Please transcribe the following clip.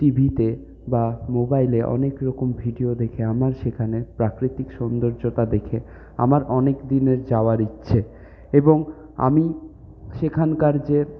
টিভিতে বা মোবাইলে অনেক রকম ভিডিও দেখে আমার সেখানের প্রাকৃতিক সৌন্দর্যতা দেখে আমার অনেক দিনের যাওয়ার ইচ্ছে এবং আমি সেখানকার যে